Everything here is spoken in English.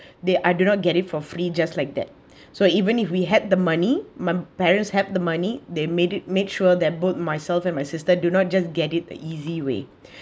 they I do not get it for free just like that so even if we had the money my parents have the money they made it made sure that both myself and my sister do not just get it the easy way